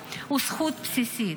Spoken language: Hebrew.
הוא זכות בסיסית.